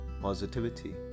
positivity